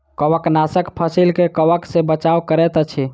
कवकनाशक फसील के कवक सॅ बचाव करैत अछि